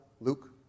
Luke